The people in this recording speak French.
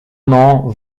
non